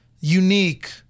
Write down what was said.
unique